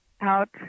out